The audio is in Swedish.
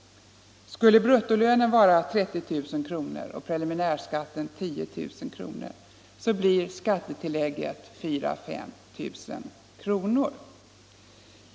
Skulle bruttolönen vara 30 000 kr. och preliminärskatten 10 000, blir skattetillägget ca 4 500.